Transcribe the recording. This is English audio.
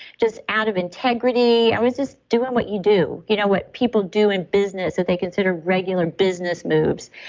just out of integrity. i was just doing what you do, you know what people do in business that they consider regular business moves.